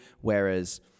whereas